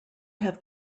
have